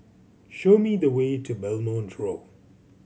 show me the way to Belmont Road